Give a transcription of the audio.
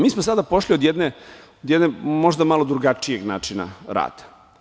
Mi smo sada pošli od, možda malo drugačijeg načina rada.